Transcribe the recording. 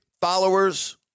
followers